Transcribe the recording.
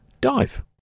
dive